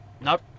Nope